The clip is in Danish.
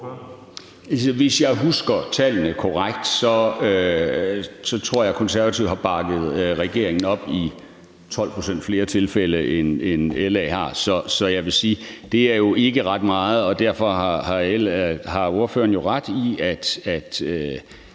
Hvis jeg husker tallene korrekt, tror jeg, Konservative har bakket regeringen op i 12 pct. flere tilfælde, end LA har. Jeg vil sige, at det ikke er ret meget, og derfor har ordføreren jo ret.